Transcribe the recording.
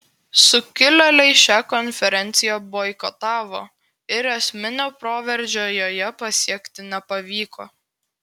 sukilėliai šią konferenciją boikotavo ir esminio proveržio joje pasiekti nepavyko